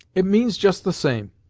it means just the same.